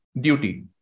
duty